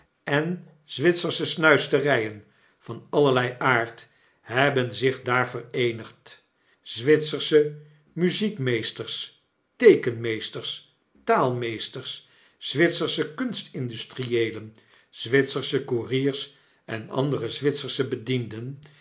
en zwitsersche snuisterijen van allerlei aard hebben zich daar vereenigd zwitsersche muziekmeesters teekenmeesters taalmeesters zwitsersche kunst-industrieelen zwitsersche koeriers en andere zwitsersche bedienden